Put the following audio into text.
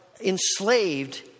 enslaved